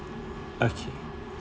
okay